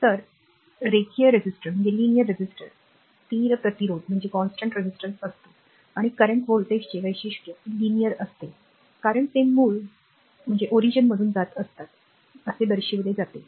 तर रेखीय रेझिस्टरला स्थिर प्रतिरोध असतो आणि विद्यमान व्होल्टेजचे वैशिष्ट्य रेषात्मक असते कारण ते मूळ मधून जात असताना दर्शविले जाते